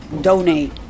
donate